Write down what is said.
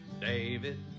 David